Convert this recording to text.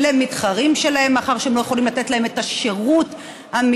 למתחרים שלהן מאחר שהן לא יכולות לתת להם את השירות המקצועי.